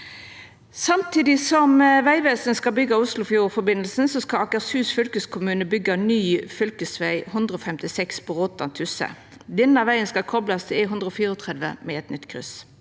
Samtidig som Vegvesenet skal byggja Oslofjordforbindelsen, skal Akershus fylkeskommune byggja ny fylkesveg 156 Bråtan–Tusse. Denne vegen skal koplast til E134 med eit nytt kryss.